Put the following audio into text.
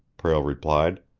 prale replied.